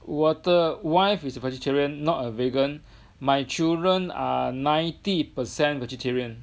我的 wife is a vegetarian not a vegan my children are ninety per cent vegetarian